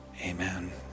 Amen